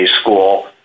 school